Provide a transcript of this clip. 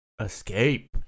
escape